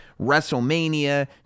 WrestleMania